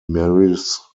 marries